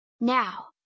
Now